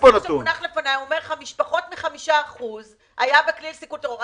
הנתון שאומר לפניי אומר לך שפחות מ-5% היו בכלי לסיכול טרור.